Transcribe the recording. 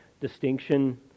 distinction